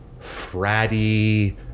fratty